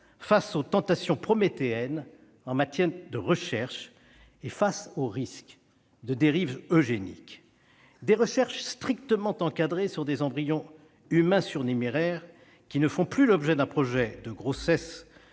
face aux tentations prométhéennes en matière de recherches et aux risques de dérives eugéniques. Des recherches strictement encadrées sur des embryons humains surnuméraires qui ne font plus l'objet d'un projet de grossesse